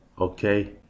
Okay